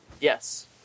Yes